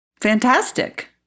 fantastic